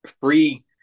free